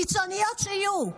קיצוניות ככל שיהיו,